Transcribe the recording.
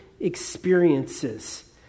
experiences